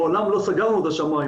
מעולם לא סגרנו את השמים,